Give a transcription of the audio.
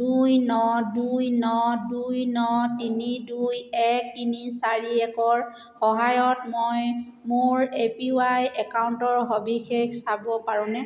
দুই ন দুই ন দুই ন তিনি দুই এক তিনি চাৰি একৰ সহায়ত মই মোৰ এ পি ৱাই একাউণ্টৰ সবিশেষ চাব পাৰোঁনে